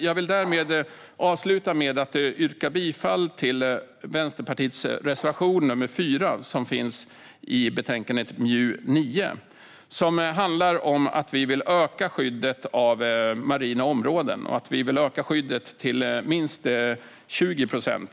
Jag yrkar bifall till Vänsterpartiets reservation, nr 4, som finns i betänkandet MJU9 och handlar om att öka skyddet av marina områden till minst 20 procent.